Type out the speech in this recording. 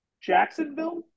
Jacksonville